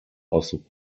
osób